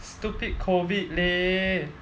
stupid COVID leh